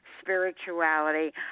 spirituality